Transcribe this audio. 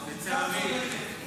תתפטר.